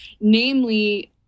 namely